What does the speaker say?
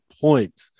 point